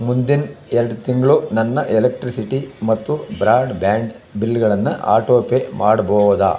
ಮುಂದಿನ ಎರಡು ತಿಂಗಳು ನನ್ನ ಎಲೆಕ್ಟ್ರಿಸಿಟಿ ಮತ್ತು ಬ್ರಾಡ್ ಬ್ಯಾಂಡ್ ಬಿಲ್ಗಳನ್ನು ಆಟೋ ಪೇ ಮಾಡ್ಬೋದಾ